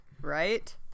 right